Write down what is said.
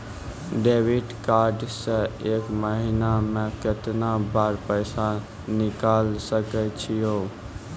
Debit card से एक महीना मा केतना बार पैसा निकल सकै छि हो?